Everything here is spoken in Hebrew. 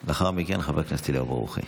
לאחר מכן, חבר הכנסת אליהו ברוכי.